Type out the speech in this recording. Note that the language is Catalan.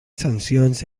sancions